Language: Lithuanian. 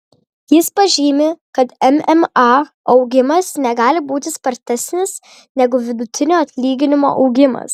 jis pažymi kad mma augimas negali būti spartesnis negu vidutinio atlyginimo augimas